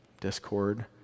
discord